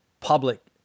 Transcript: public